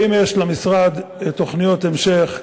האם יש למשרד תוכניות המשך,